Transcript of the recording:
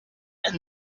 and